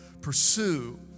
Pursue